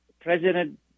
President